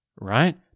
right